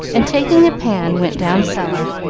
and taking a pan went down cellar,